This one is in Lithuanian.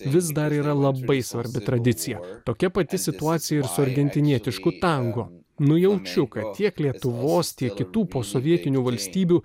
vis dar yra labai svarbi tradicija tokia pati situacija ir su argentinietišku tango nujaučiu kad tiek lietuvos tiek kitų posovietinių valstybių